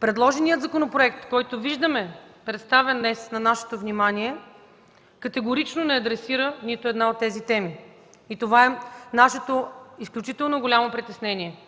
Предложеният законопроект, който виждаме днес представен на нашето внимание, категорично не адресира нито една от тези теми. Това е нашето изключително голямо притеснение,